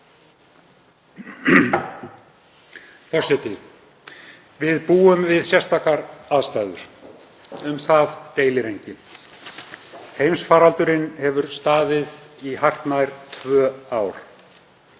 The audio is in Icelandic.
bragarbót. Við búum við sérstakar aðstæður, um það deilir enginn. Heimsfaraldurinn hefur staðið í hartnær tvö ár.